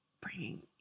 bringing